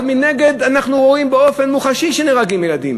אבל מנגד אנחנו רואים באופן מוחשי שנהרגים ילדים.